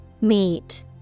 Meet